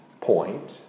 point